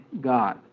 God